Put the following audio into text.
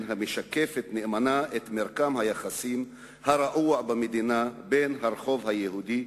המשקפת נאמנה את מרקם היחסים הרעוע במדינה בין הרוב היהודי,